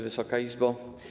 Wysoka Izbo!